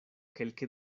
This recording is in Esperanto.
kelke